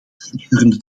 gedurende